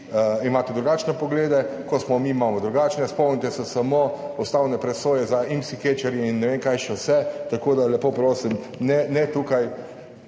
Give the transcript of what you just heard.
imate drugačne poglede. Ko smo mi, imamo drugačne. Spomnite se samo ustavne presoje za IMSI catcher ne vem kaj še vse. Tako da lepo prosim, ne tukaj,